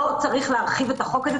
לא צריך להרחיב את החוק הזה,